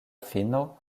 fino